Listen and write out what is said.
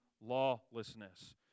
lawlessness